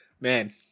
Man